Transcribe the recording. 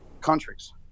countries